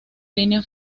línea